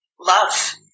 Love